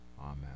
Amen